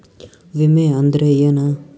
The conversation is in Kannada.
ವಿಮೆ ಅಂದ್ರೆ ಏನ?